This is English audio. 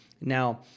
Now